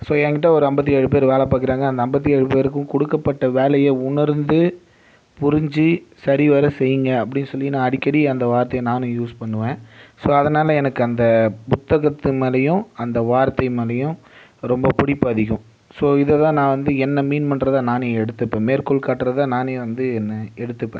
so என்கிட்டே ஒரு ஐம்பத்தி ஏழு பேர் வேலை பார்க்குறாங்க அந்த ஐம்பத்தி ஏழு பேருக்கும் கொடுக்கப்பட்ட வேலையை உணர்ந்து புரிஞ்சு சரிவர செய்ங்க அப்படி சொல்லி நான் அடிக்கடி அந்த வார்த்தையை நானும் யூஸ் பண்ணுவேன் ஸோ அதனாலே எனக்கு அந்த புத்தகத்து மேலேயும் அந்த வார்த்தை மேலேயும் ரொம்ப பிடிப்பு அதிகம் ஸோ இதை தான் நான் வந்து என்னை மீன் பண்ணுறதா நானே எடுத்துப்பேன் மேற்கோள் காட்டுறதா நானே வந்து என்னை எடுத்துப்பேன்